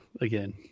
again